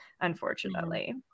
unfortunately